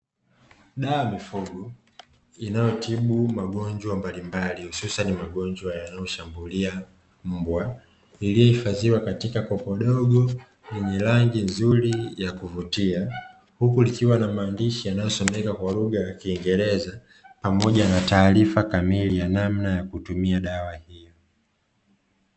Dawa ya mifugo inayotibu magonjwa mbalimbali hususani magonjwa yanayoshambulia mbwa, iliyohifadhiwa katika kopo dogo lenye rangi nzuri ya kuvutia. Huku likiwa na maandishi yanayosomeka kwa lugha ya kiingereza pamoja na taarifa kamili ya namna ya kutumia dawa hiyo.